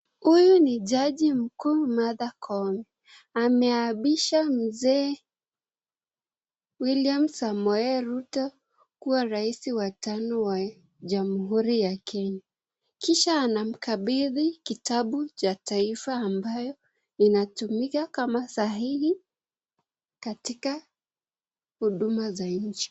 Huyu ni jaji mkuu Martha Koome. Ameapisha mzee William Samoei Ruto kuwa rais wa tano wa Jamhuri ya Kenya. Kisha anamkabidhi kitabu cha taifa ambayo kinatumika kama sahihi katika huduma za nchi.